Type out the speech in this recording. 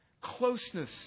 Closeness